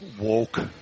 woke